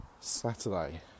Saturday